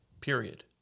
Period